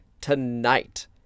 tonight